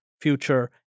future